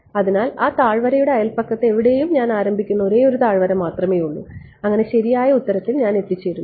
അതിനാൽ ആ താഴ്വരയുടെ അയൽപക്കത്ത് എവിടെയും ഞാൻ ആരംഭിക്കുന്ന ഒരേയൊരു താഴ്വര മാത്രമേ ഉള്ളൂ അങ്ങനെ ശരിയായ ഉത്തരത്തിൽ ഞാൻ എത്തിച്ചേരുന്നു